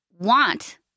want